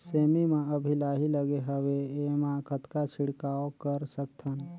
सेमी म अभी लाही लगे हवे एमा कतना छिड़काव कर सकथन?